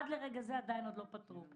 עד לרגע זה לא פתרו את הבעיה.